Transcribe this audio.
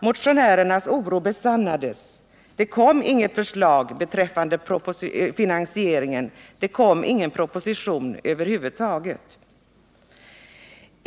Motionärernas oro besannades. Det kom inget förslag beträffande finansieringen. Det kom ingen proposition över huvud taget.